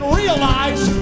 realize